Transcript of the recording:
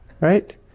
right